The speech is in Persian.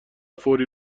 فوری